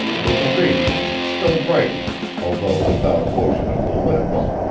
with a radiance still brightening, although without motion of the lips.